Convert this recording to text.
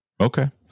Okay